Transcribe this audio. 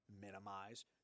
minimize